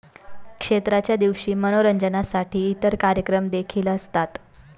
क्षेत्राच्या दिवशी मनोरंजनासाठी इतर कार्यक्रम देखील असतात